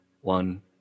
One